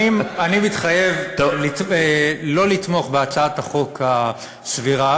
אני מתחייב לא לתמוך בהצעת החוק הסבירה,